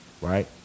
right